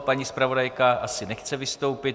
Paní zpravodajka asi nechce vystoupit.